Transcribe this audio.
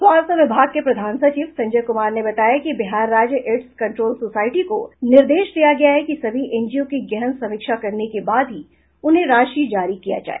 स्वास्थ्य विभा के प्रधान सचिव संजय कुमार ने बताया कि बिहार राज्य एड्स कंट्रोल सोसायटी को निर्देश दिया गया है कि सभी एनजीओ की गहन समीक्षा करने के बाद ही उन्हें राशि जारी किया जाए